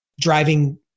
driving